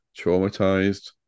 traumatized